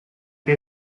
che